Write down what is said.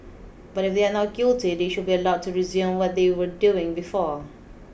but if they are not guilty they should be allowed to resume what they were doing before